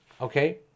okay